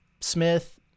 Smith